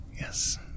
Yes